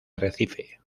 arrecife